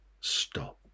stop